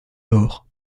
door